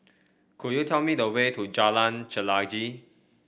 could you tell me the way to Jalan Chelagi